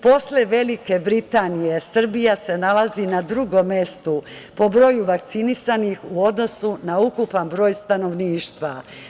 Posle Velike Britanije, Srbija se nalazi na drugom mestu po broju vakcinisanih u odnosu na ukupan broj stanovništva.